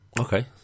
Okay